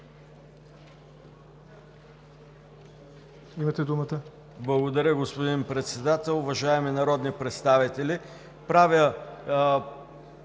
имате думата.